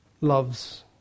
loves